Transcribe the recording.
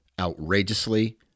outrageously